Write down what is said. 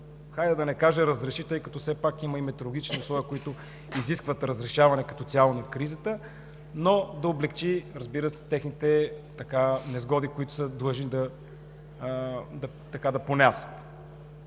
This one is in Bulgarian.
хайде, да не кажа да разреши, тъй като все пак има и метеорологични условия, които изискват разрешаването като цяло на кризата, но да облекчи техните несгоди, които са длъжни да понасят.